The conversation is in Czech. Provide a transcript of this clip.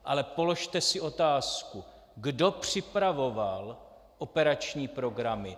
Ale položte si otázku, kdo připravoval operační programy.